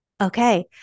Okay